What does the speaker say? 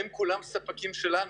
והם כולם ספקים שלנו.